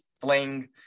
fling